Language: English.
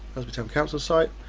but town council site,